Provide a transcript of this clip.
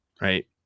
right